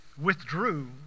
withdrew